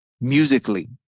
musically